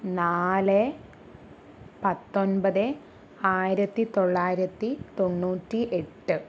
നാല് പത്തൊൻപത് ആയിരത്തിത്തൊള്ളായിരത്തി തൊണ്ണൂറ്റി എട്ട്